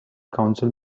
council